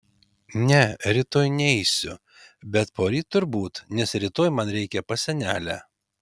ne rytoj neisiu bet poryt turbūt nes rytoj man reikia pas senelę